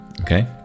okay